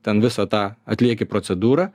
ten visą tą atlieki procedūrą